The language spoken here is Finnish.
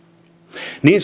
niin